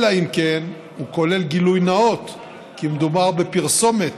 אלא אם כן הוא כולל גילוי נאות כי מדובר בפרסומת